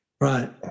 right